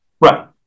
Right